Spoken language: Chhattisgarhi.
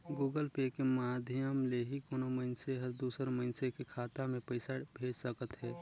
गुगल पे के माधियम ले ही कोनो मइनसे हर दूसर मइनसे के खाता में पइसा भेज सकत हें